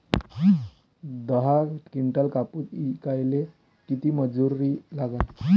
दहा किंटल कापूस ऐचायले किती मजूरी लागन?